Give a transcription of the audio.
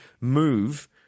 move